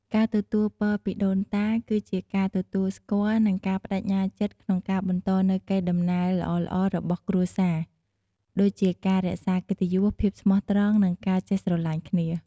ការទទួលពរពីដូនតា គឺជាការទទួលស្គាល់ និងការប្តេជ្ញាចិត្តក្នុងការបន្តនូវកេរដំណែលល្អៗរបស់គ្រួសារ ដូចជាការរក្សាកិត្តិយស ភាពស្មោះត្រង់ និងការចេះស្រឡាញ់គ្នា។